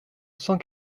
cent